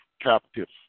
captives